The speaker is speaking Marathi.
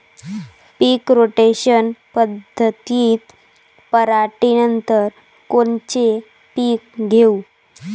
पीक रोटेशन पद्धतीत पराटीनंतर कोनचे पीक घेऊ?